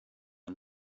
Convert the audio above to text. and